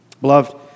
Beloved